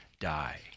die